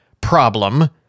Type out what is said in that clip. problem